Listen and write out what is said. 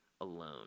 alone